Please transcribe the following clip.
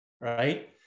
right